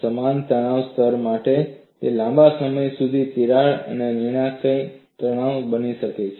સમાન તણાવ સ્તર માટે તે લાંબા સમય સુધી તિરાડ માટે નિર્ણાયક તણાવ બની જાય છે